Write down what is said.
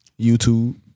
YouTube